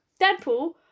Deadpool